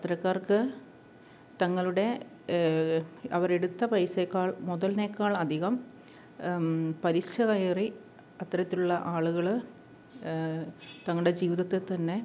ഇത്തരക്കാർക്ക് തങ്ങളുടെ അവർ എടുത്ത പൈസയേക്കാൾ മുതലിനേക്കാൾ അധികം പലിശ കയറി അത്തരത്തിലുള്ള ആളുകൾ തങ്ങളുടെ ജീവിതത്തെ തന്നെ